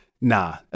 nah